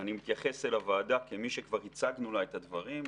אני מתייחס אל הוועדה כמי שכבר הצגנו לה את הדברים.